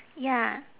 ya